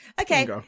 Okay